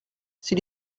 s’il